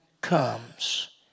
comes